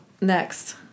Next